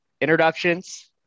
introductions